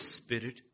spirit